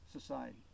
society